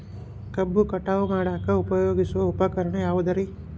ಕಬ್ಬು ಕಟಾವು ಮಾಡಾಕ ಉಪಯೋಗಿಸುವ ಉಪಕರಣ ಯಾವುದರೇ?